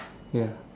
ya